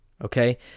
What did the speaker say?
okay